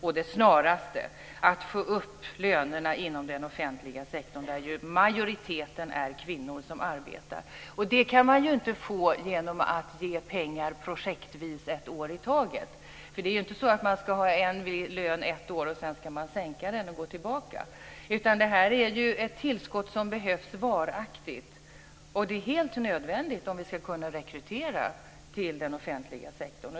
Vi måste få upp lönerna i den offentliga sektorn, där majoriteten som arbetar är kvinnor. Det kan man inte göra genom att ge pengar projektvis ett år i taget. Det är inte så att människor ska ha en lön ett år och att den sedan ska sänkas och gå tillbaka. Det tillskottet behövs varaktigt. Det är helt nödvändigt om vi ska kunna rekrytera till den offentliga.